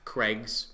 Craig's